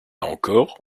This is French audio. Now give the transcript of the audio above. encore